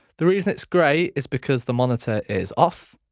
the reason it is grey is because the monitor is off.